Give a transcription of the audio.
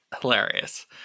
Hilarious